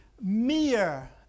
mere